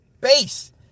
base